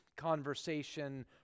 conversation